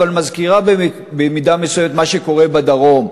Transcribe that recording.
אבל היא מזכירה במידה מסוימת את מה שקורה בדרום,